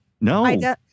no